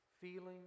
feeling